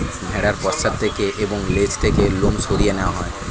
ভেড়ার পশ্চাৎ থেকে এবং লেজ থেকে লোম সরিয়ে নেওয়া হয়